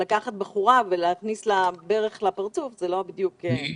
לקחת בחורה ולהכניס לה ברך לפרצוף זה לא בדיוק סביר.